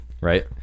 right